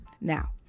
Now